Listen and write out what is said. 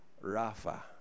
Rafa